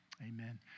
Amen